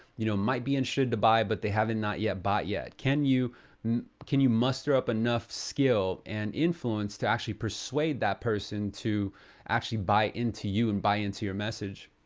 you know, might be insured to buy but they have and not yet bought yet. can you can you muster up enough skill and influence to actually persuade that person to actually buy into you and buy into your message?